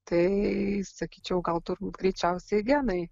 tai sakyčiau gal turbūt greičiausiai genai